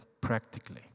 practically